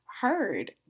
heard